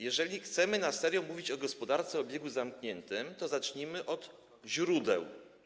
Jeżeli chcemy serio mówić o gospodarce w obiegu zamkniętym, to zacznijmy od źródeł.